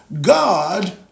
God